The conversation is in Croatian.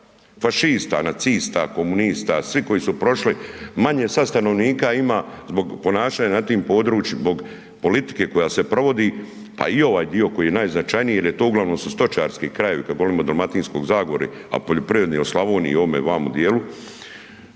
fašista, nacista, komunista, svi koji su prošli, manje sad stanovnika ima zbog ponašanja na tim područjima zbog politike koja se provodi pa i ovaj dio koji je najznačajniji jer uglavnom su stočarski krajevi kad govorimo o Dalmatinskoj zagori a poljoprivredni u Slavoniji i ovome vamo djelu,